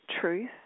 truth